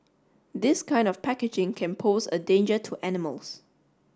this kind of packaging can pose a danger to animals